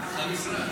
מהמשרד.